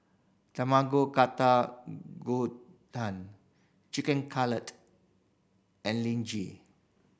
Tamago Gohan Chicken Cutlet and